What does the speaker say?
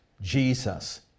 Jesus